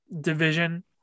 division